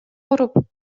ооруп